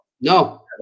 No